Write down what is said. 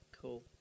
Cool